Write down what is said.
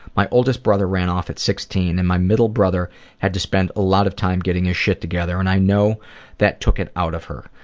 my oldest brother ran off at sixteen and my middle brother had to spend a lot of time getting his shit together and i know that took it out of her.